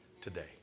Today